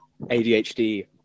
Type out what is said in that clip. adhd